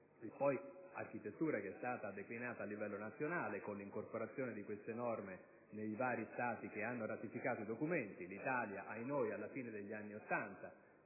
in questione, è stata poi declinata a livello nazionale con l'incorporazione di queste norme nei vari Stati che hanno ratificato i documenti. L'Italia - ahinoi! - alla fine degli anni Ottanta